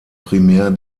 primär